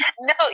No